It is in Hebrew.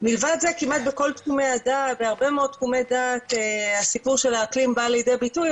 מלבד זה בהרבה מאוד תחומי דעת הסיפור של האקלים בא לידי ביטוי.